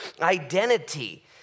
identity